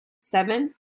seven